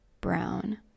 brown